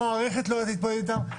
המערכת לא יודעת להתמודד איתם,